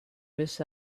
miss